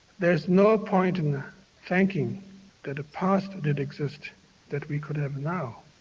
there is no point in ah thinking that a past did exist that we could have now.